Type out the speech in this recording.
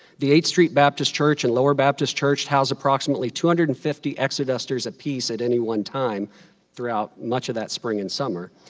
the eighth street baptist church and lower baptist church housed approximately two hundred and fifty exodusters apiece at any one time throughout much of that spring and summer,